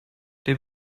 der